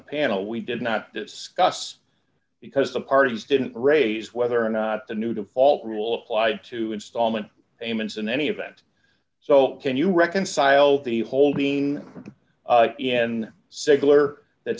panel we did not discuss because the parties didn't raise whether or not the new default rule applied to installment payments in any event so can you reconcile the holding in secular that